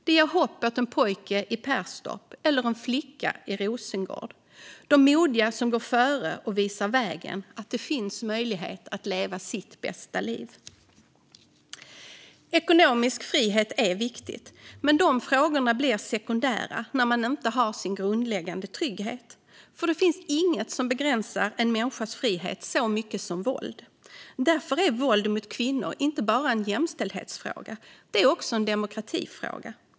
Det ger hopp åt en pojke i Perstorp eller en flicka i Rosengård när modiga går före och visar vägen och att det finns möjlighet att leva sitt bästa liv. Ekonomisk frihet är viktigt. Men de frågorna blir sekundära när man inte har sin grundläggande trygghet, för det finns inget som begränsar en människas frihet så mycket som våld. Därför är våld mot kvinnor inte bara en jämställdhetsfråga utan också en demokratifråga.